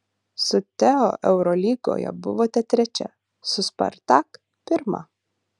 su teo eurolygoje buvote trečia su spartak pirma